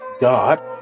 God